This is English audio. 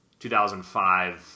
2005